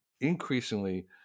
increasingly